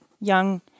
young